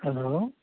hello